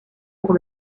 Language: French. pour